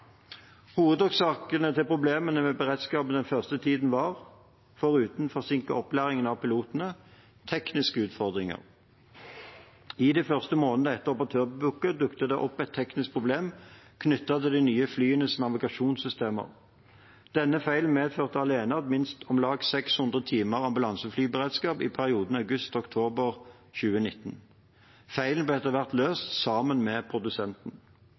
til problemene med beredskapen den første tiden var, foruten forsinket opplæring av pilotene, tekniske utfordringer. I de første månedene etter operatørbyttet dukket det opp et teknisk problem knyttet til de nye flyenes navigasjonssystemer. Denne feilen medførte alene at man mistet om lag 600 timer ambulanseflyberedskap i perioden august til oktober 2019. Feilen ble etter hvert løst sammen med produsenten.